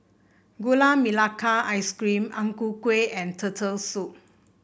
Gula Melaka Ice Cream Ang Ku Kueh and Turtle Soup